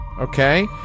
okay